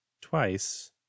twice